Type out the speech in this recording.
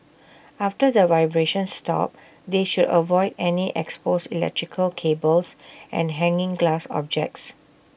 after the vibrations stop they should avoid any exposed electrical cables and hanging glass objects